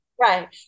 Right